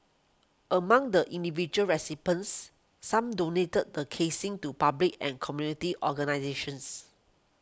among the individual recipients some donated the casings to public and community organisations